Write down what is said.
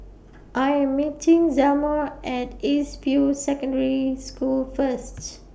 I Am meeting Zelma At East View Secondary School First